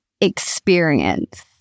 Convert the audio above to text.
experience